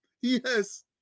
Yes